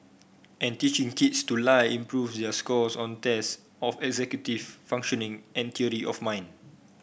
and teaching kids to lie improves their scores on tests of executive functioning and duty of mind